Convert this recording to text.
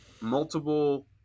multiple